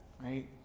right